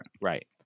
Right